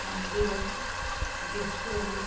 ମନ୍ଦିର ବିଶ୍ୱରେ